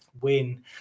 win